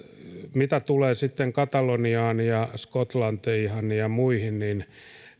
mitä tulee sitten kataloniaan ja skotlantiin ja muihin